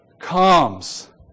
comes